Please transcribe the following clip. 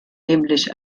nämlich